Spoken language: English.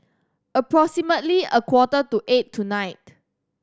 approximately a quarter to eight tonight